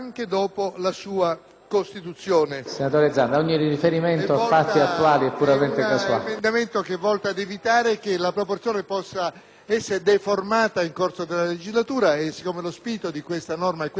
Senatore Zanda, ogni riferimento a fatti attuali è puramente casuale!